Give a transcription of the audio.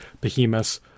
behemoth